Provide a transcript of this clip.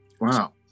Wow